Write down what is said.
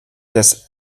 des